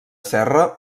serra